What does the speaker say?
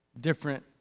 different